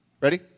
Ready